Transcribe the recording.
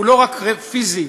הוא לא רק ריק פיזית,